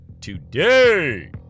today